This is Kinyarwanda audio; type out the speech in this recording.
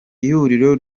ihuriro